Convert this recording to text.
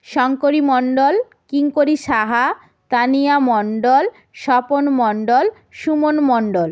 Shankari Mondal Kinkari Saha Tania Mondal Swapan Mondal Suman Mondal